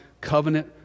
covenant